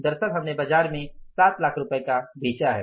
दरअसल हमने बाजार में 7 लाख रुपये में बेचा है